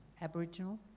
Aboriginal